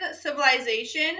civilization